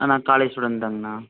ஆ நான் college student தாங்கணா